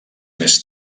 més